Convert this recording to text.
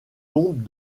tombes